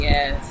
Yes